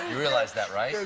realize that, right?